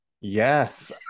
Yes